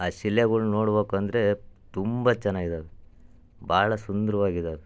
ಆ ಶಿಲೆಗಳು ನೋಡ್ಬೇಕಂದ್ರೆ ತುಂಬ ಚೆನ್ನಾಗಿದಾವೆ ಭಾಳ ಸುಂದರವಾಗಿದಾವೆ